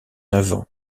avant